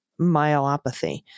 myelopathy